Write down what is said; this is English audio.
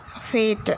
fate